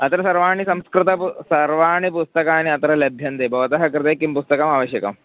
अत्र सर्वाणि संस्कृतं पु सर्वाणि पुस्तकानि अत्र लभ्यन्ते भवतः कृते किं पुस्तकम् आवश्यकम्